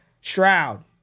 Shroud